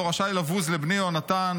לא רשאי לבוז לבני יהונתן,